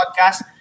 podcast